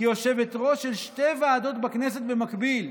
כיושבת-ראש של שתי ועדות בכנסת במקביל.